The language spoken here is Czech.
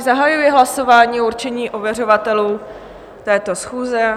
Zahajuji hlasování o určení ověřovatelů této schůze.